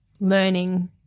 learning